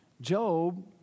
Job